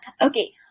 Okay